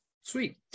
Sweet